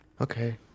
Okay